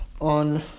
on